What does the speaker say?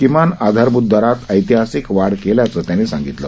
किमान आधारभूत दरात ऐतिहासिक वाढ केल्याचं त्यांनी सांगितलं